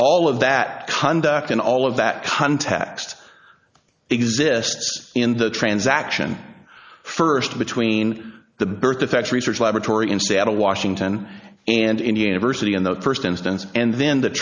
all of that conduct in all of that context exists in the transaction first between the birth defects research laboratory in seattle washington and in university in the first instance and then the